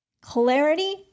Clarity